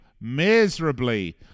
miserably